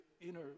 inner